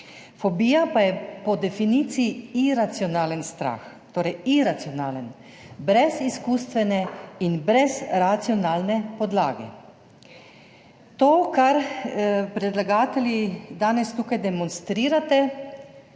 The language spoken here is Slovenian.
Fobija pa je po definiciji iracionalen strah. Torej iracionalen, brez izkustvene in brez racionalne podlage. To, kar predlagatelji danes tukaj demonstrirate,